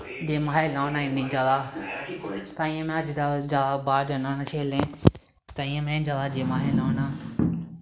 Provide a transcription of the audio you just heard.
गेमां खेलना होन्ना इन्नियां ज्यादा ताइयें में अज्जकल ज्यादा बाह्र जन्नां होन्ना खेलने गी ताइयें में ज्यादा गेमां खेलना होन्नां